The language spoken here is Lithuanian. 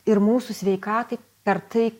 ir mūsų sveikatai per tai